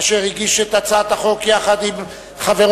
אשר הגיש את הצעת החוק יחד עם חברו,